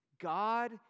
God